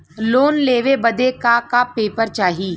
Loan लेवे बदे का का पेपर चाही?